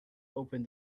open